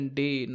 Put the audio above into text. day